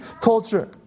culture